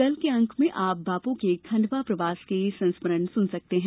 कल के अंक में आप बापू के खंडवा प्रवास के संस्मरण सुन सकते हैं